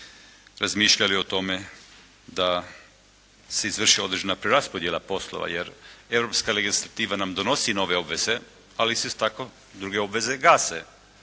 razmišlja o tome da se izvrši određena preraspodjela poslova. Jer, europska legislativa nam donosi nove obveze, ali se tako druge obveze gase.